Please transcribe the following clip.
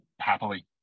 Happily